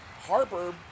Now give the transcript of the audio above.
Harper